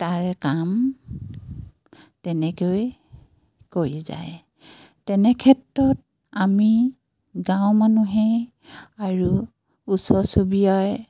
তাৰ কাম তেনেকৈ কৰি যায় তেনেক্ষেত্ৰত আমি গাঁৱৰ মানুহে আৰু ওচৰ চুবুৰীয়াৰ